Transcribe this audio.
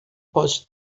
pode